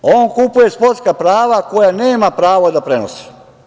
On kupuje sportska prava koja nema pravo da prenosi.